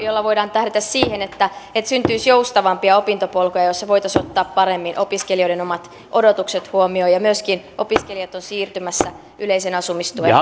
joilla voidaan tähdätä siihen että että syntyisi joustavampia opintopolkuja joissa voitaisiin ottaa paremmin opiskelijoiden omat odotukset huomioon ja opiskelijat ovat myöskin siirtymässä yleisen asumistuen